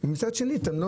ומצד שני אתם לא